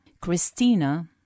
Christina